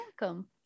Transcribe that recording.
welcome